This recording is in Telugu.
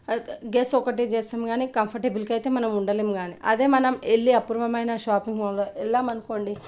గెస్ ఒక్కటే చేస్తాం కానీ కంఫోర్టబుల్గా అయితే మనము ఉండలేము కానీ అదే మనం వెళ్ళి అపూర్వమైన షాపింగ్ మాల్లో వెళ్ళామనుకోండి